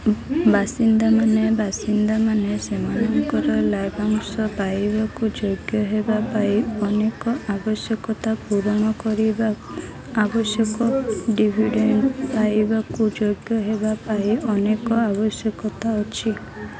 ବାସିନ୍ଦାମାନେ ବାସିନ୍ଦାମାନେ ସେମାନଙ୍କର ଲାଭାଂଶ ପାଇବାକୁ ଯୋଗ୍ୟ ହେବା ପାଇଁ ଅନେକ ଆବଶ୍ୟକତା ପୂରଣ କରିବା ଆବଶ୍ୟକ ଡିଭିଡେଣ୍ଡ ପାଇବାକୁ ଯୋଗ୍ୟ ହେବା ପାଇଁ ଅନେକ ଆବଶ୍ୟକତା ଅଛି